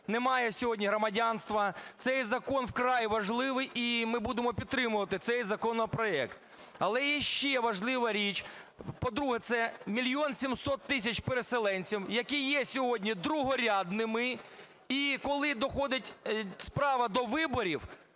немає сьогодні громадянства. Цей закон вкрай важливий, і ми будемо підтримувати цей законопроект. Але є ще важлива річ. По-друге, це 1 мільйон 700 тисяч переселенців, які є сьогодні другорядними. І коли доходить справа до виборів,